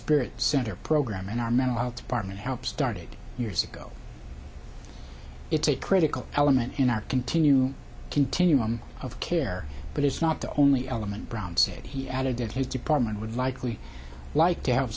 spirit center program and our mental health department help started years ago it's a critical element in our continue continuum of care but it's not the only element brown said he added that his department would likely like